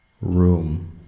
Room